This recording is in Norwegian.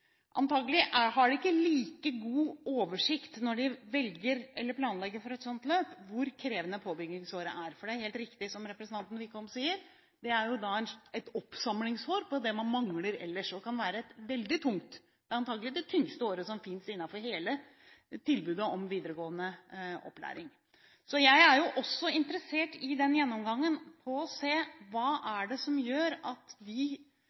Antagelig har de ikke like god oversikt over, når de planlegger for et sånt løp, hvor krevende påbyggingsåret er. Det er helt riktig som representanten Wickholm sier, at det er et oppsamlingsår for det man mangler ellers, og det kan være et veldig tungt år – antagelig det tyngste året som er innenfor hele tilbudet om videregående opplæring. Jeg er jo også interessert i den gjennomgangen for å se hva det er som gjør at de